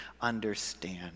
understand